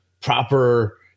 proper